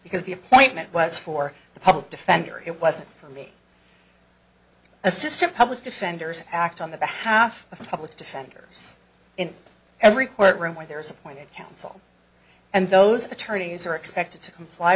because the appointment was for the public defender it wasn't for me assistant public defenders act on the behalf of public defenders in every court room where there is appointed counsel and those attorneys are expected to comply